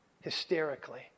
hysterically